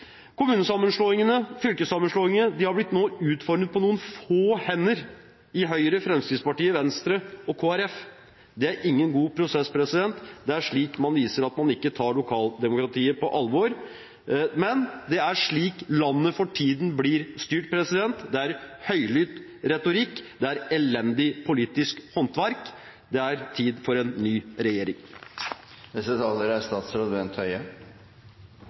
Kommunesammenslåingene og fylkessammenslåingene har nå blitt utformet av noen få hender i Høyre, Fremskrittspartiet, Venstre og Kristelig Folkeparti. Det er ingen god prosess, det er slik man viser at man ikke tar lokaldemokratiet på alvor, men det er slik landet for tiden blir styrt. Det er høylytt retorikk, det er elendig politisk håndverk, det er tid for en ny regjering.